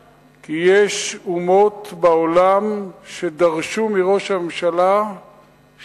כי יש אומות בעולם שדרשו מראש הממשלה שיהיה שקט.